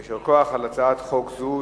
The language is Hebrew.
ויישר כוח על הצעת חוק זו,